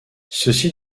ceci